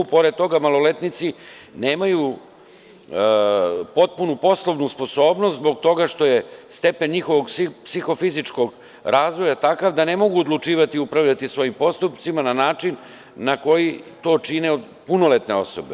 Pored toga, maloletnici nemaju potpuno poslovnu sposobnost zbog toga što je stepen njihovog psihofizičkog razvoja takav da ne mogu odlučivati i upravljati svojim postupcima na način na koji to čine punoletne osobe.